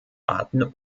arten